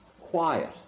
quiet